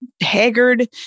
haggard